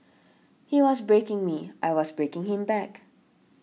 he was breaking me I was breaking him back